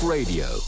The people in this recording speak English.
Radio